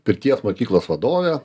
pirties mokyklos vadovė